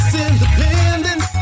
independent